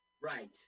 Right